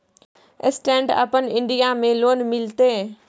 Stand up India में loan मिलते?